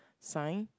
sign